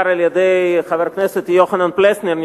בעיקר על-ידי חבר הכנסת יוחנן פלסנר,